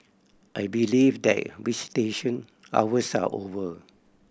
I believe that visitation hours are over